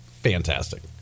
Fantastic